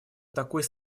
такой